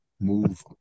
move